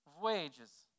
wages